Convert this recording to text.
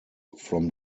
from